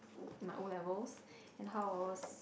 in my O-levels and how I was